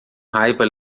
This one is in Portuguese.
raiva